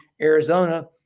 Arizona